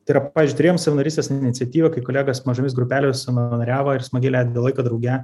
tai yra pavyzdžiui turėjom savanorystės iniciatyvą kai kolegos mažomis grupelėmis savanoriavo ir smagiai leido laiką drauge